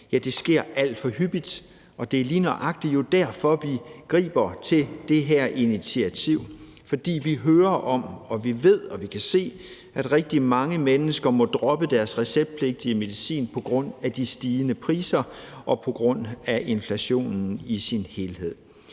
forekommer alt for hyppigt, og det er jo lige nøjagtig derfor, vi griber til det her initiativ. For vi hører om og vi ved og vi kan se, at rigtig mange mennesker må droppe deres receptpligtige medicin på grund af de stigende priser og på grund af inflationen i sin helhed.